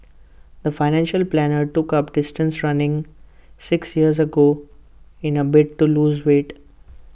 the financial planner took up distance running six years ago in A bid to lose weight